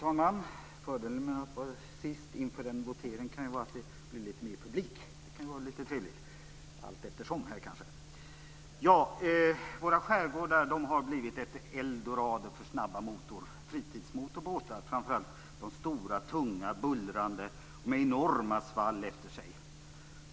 Herr talman! Fördelen med att vara sist inför en votering är att man allteftersom kan få litet mer publik, och det kan ju vara trevligt. Våra skärgårdar har blivit ett eldorado för snabba fritidsmotorbåtar, framför allt stora, tunga, bullrande båtar med enorma svall efter sig.